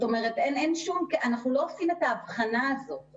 אנחנו לא עושים את ההבחנה הזו.